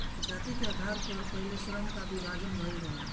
जाति के आधार पअ पहिले श्रम कअ विभाजन भइल रहे